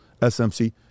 SMC